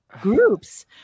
groups